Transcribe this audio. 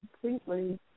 Completely